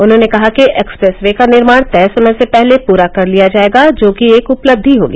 उन्होंने कहा कि एक्सप्रेस वे का निर्माण तय समय से पहले पूरा कर लिया जाएगा जो कि एक उपलब्धि होगी